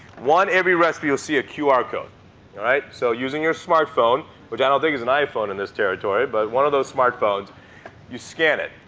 one, every recipe you'll see a qr code. all right? so using your smartphone which i don't think is an iphone in this territory, but one of those smartphones you scan it.